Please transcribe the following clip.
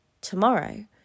tomorrow